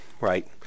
Right